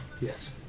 Yes